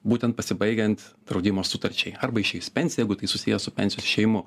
būtent pasibaigiant draudimo sutarčiai arba išėjus į pensiją jeigu tai susiję su pensijos išėjimu